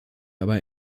aber